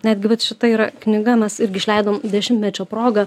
netgi vat šita yra knyga mes irgi išleidom dešimtmečio proga